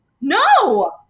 no